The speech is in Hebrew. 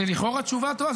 זו לכאורה תשובה טובה.